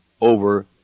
over